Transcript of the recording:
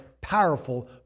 powerful